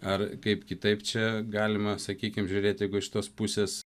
ar kaip kitaip čia galima sakykim žiūrėti jeigu iš tos pusės